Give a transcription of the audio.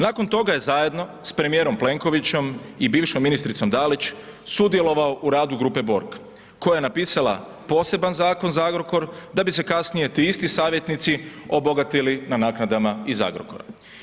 Nakon toga je zajedno sa premijerom Plenkovićem i bivšom ministricom Dalić sudjelovao u radu grupe Borg koja je napisala poseban zakon za Agrokor da bi se kasnije ti isti savjetnici obogatili na naknadama iz Agrokora.